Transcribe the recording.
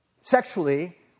sexually